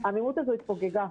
אבל העמימות הזו התפוגגה.